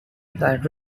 that